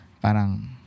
parang